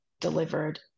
delivered